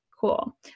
cool